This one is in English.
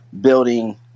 building